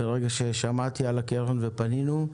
ברגע ששמעתי על הקרן ופניתי אליה